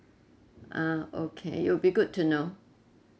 ah okay it would be good to know